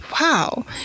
wow